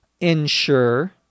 ensure